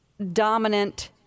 dominant